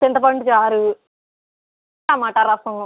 చింతపండు చారు టొమాటో రసం